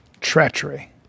Treachery